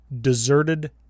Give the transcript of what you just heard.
deserted